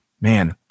man